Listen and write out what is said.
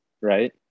right